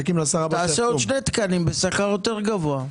תעשה עוד שני תקנים בשכר יותר גבוה.